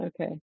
Okay